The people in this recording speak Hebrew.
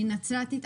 אני נצרתית,